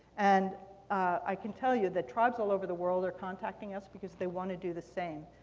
and i can tell you that tribes all over the world are contacting us because they want to do the same.